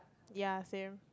ya same